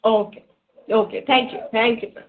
okay okay thank you thank you sir